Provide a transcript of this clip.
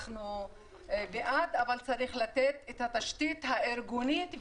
אנחנו בעד אבל צריך לתת את התשתית הארגונית,